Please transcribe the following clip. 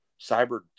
Cyber